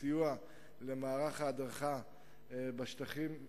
בסיוע למערך ההדרכה בשטחים,